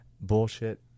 bullshit